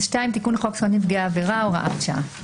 2.תיקון לחוק זכויות נפגעי עבירה הוראת שעה